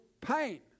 pain